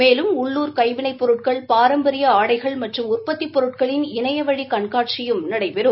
மேலும் உள்ளுர் கைவினைப் பொருட்கள் பாரம்பரிய ஆடைகள் மற்றும் உற்பத்திப் பொருட்களின் இணையவழி கண்காட்சியும் நடைபெறும்